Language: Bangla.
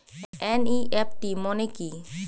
এন.ই.এফ.টি মনে কি?